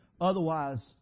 Otherwise